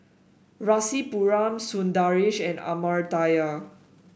Rasipuram Sundaresh and Amartya